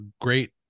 great